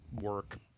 work